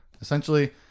essentially